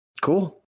Cool